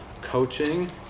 coaching